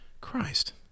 Christ